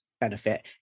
benefit